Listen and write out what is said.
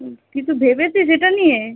হুম কিছু ভেবেছিস এটা নিয়ে